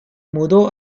mudó